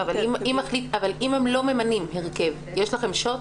אבל אם הם לא ממנים הרכב, יש לכם "שוט"?